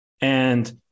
And-